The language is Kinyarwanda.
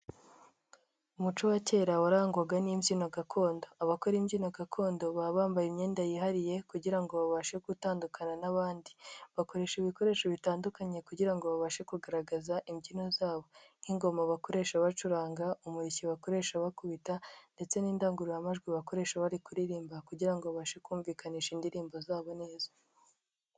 Umuco wa kera warangwaga n'imbyino gakondo, abakora imbyino gakondo baba bambaye imyenda yihariye kugira ngo babashe gutandukana n'abandi, bakoresha ibikoresho bitandukanye kugira ngo babashe kugaragaza imbyino zabo: nk'ingoma bakoresha bacuranga, umuriki bakoresha bakubita ndetse n'indangururamajwi bakoresha bari kuririmba kugira ngo babashe kumvikanisha indirimbo zabo neza.